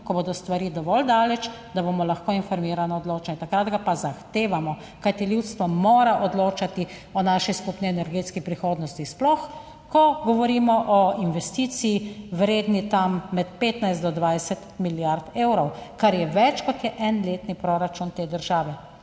ko bodo stvari dovolj daleč, da bomo lahko informirano odločali, takrat ga pa zahtevamo, kajti ljudstvo mora odločati o naši skupni energetski prihodnosti sploh, ko govorimo o investiciji, vredni tam med 15 do 20 milijard evrov, kar je več, kot je en letni proračun te države.